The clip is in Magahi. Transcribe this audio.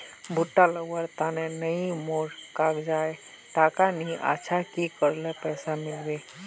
भुट्टा लगवार तने नई मोर काजाए टका नि अच्छा की करले पैसा मिलबे?